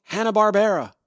Hanna-Barbera